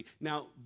Now